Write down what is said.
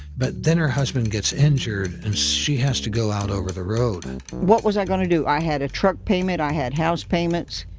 but then her husband gets injured and she has to go out over the road. and what was i going to do? i had a truck payment. i had house payments,